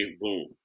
Boom